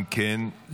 אם כן,